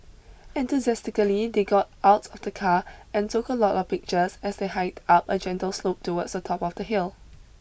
enthusiastically they got out of the car and took a lot of pictures as they hiked up a gentle slope towards the top of the hill